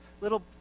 little